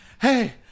Hey